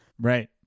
Right